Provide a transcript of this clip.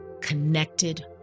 connected